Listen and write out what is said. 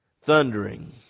thundering